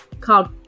called